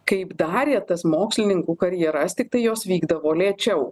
kaip darė tas mokslininkų karjeras tiktai jos vykdavo lėčiau